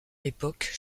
l’époque